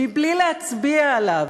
מבלי להצביע עליו,